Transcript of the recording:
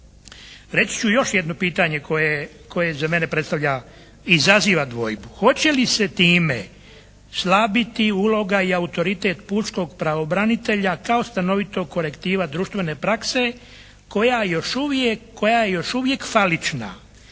Reći ću još jedno pitanje koje za mene predstavlja, izaziva dvojbu. Hoće li se time slabiti uloga i autoritet pučkog pravobranitelja kao stanovitog korektiva društvene prakse koja je još uvijek falična